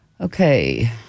Okay